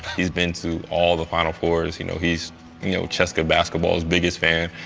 he's been to all the final fours, you know he's you know cska basketball's biggest fan,